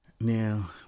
Now